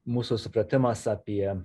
mūsų supratimas apie